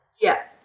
Yes